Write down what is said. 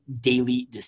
daily